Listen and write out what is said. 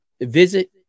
visit